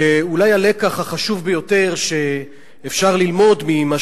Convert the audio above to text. אולי הלקח החשוב ביותר שאפשר ללמוד ממה